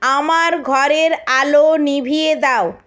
আমার ঘরের আলো নিভিয়ে দাও